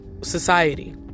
society